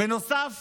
בנוסף